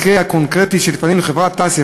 ובמקרה הקונקרטי שלפנינו חברת תע"ש,